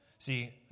See